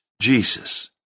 Jesus